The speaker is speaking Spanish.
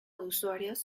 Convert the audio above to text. usuarios